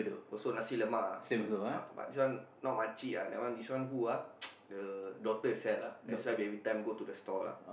also nasi-lemak ah uh but this one not makcik ah that one this one who ah the daughter sell ah that's why we every time go the store ah